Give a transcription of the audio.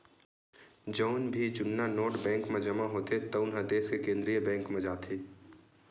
जउन भी जुन्ना नोट बेंक म जमा होथे तउन ह देस के केंद्रीय बेंक म जाथे